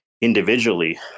individually